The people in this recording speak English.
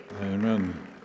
Amen